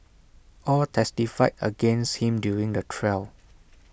all testified against him during the trial